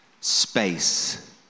space